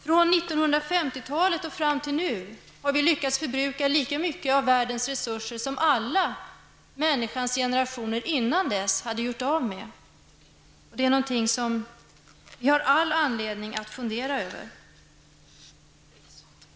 Från 1950-talet och fram till nu har vi lyckats förbruka lika mycket av världens resurser som alla mänsklighetens generationer innan dess hade gjort av med. Detta är någonting som vi har all anledning att fundera över.